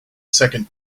second